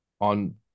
on